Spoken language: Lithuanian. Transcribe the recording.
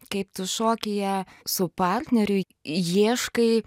kaip tu šoki ją su partneriu ieškai